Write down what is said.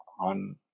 on